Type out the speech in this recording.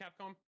Capcom